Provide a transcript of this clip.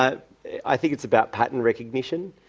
but i think it's about patent recognition.